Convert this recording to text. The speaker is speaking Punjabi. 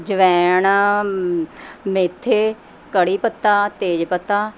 ਜਵੈਣ ਮੇਥੇ ਕੜ੍ਹੀ ਪੱਤਾ ਤੇਜ ਪੱਤਾ